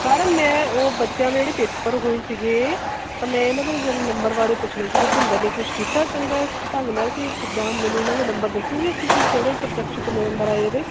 madam ਮੈਂ ਉਹ ਬੱਚਿਆਂ ਦੇ ਜਿਹੜੇ ਪੇਪਰ ਹੋਏ ਸੀਗੇ ਤਾਂ ਮੈਂ ਇਨ੍ਹਾਂ ਦੇ ਜਦ ਨੰਬਰ ਬਾਰੇ ਪੁੱਛਣਾ ਸੀ ਭੁਪਿੰਦਰ ਨੇ ਕੁਛ ਕੀਤਾ ਚੰਗਾ ਢੰਗ ਨਾਲ ਕਿ ਕਿੱਦਾਂ ਮੈਨੂੰ ਇਹਨਾਂ ਦੇ ਨੰਬਰ ਦੱਸੋਗੇ ਤੁਸੀਂ ਕਿਹੜੇ ਸਬਜੈਕਟ 'ਚ ਕਿੰਨੇ ਨੰਬਰ ਆਏ ਇਹਦੇ